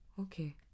okay